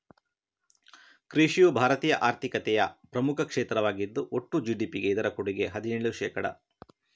ಕೃಷಿಯು ಭಾರತೀಯ ಆರ್ಥಿಕತೆಯ ಪ್ರಮುಖ ಕ್ಷೇತ್ರವಾಗಿದ್ದು ಒಟ್ಟು ಜಿ.ಡಿ.ಪಿಗೆ ಇದರ ಕೊಡುಗೆ ಹದಿನೇಳು ಶೇಕಡಾ